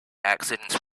accidents